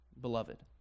beloved